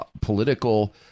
political